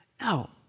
No